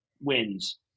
wins